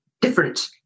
different